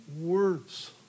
words